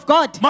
God